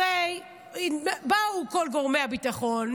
הרי באו כל גורמי הביטחון,